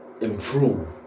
improve